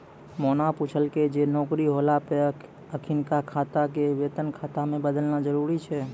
मोना पुछलकै जे नौकरी होला पे अखिनका खाता के वेतन खाता मे बदलना जरुरी छै?